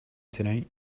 tonight